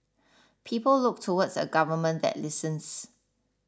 people look towards a government that listens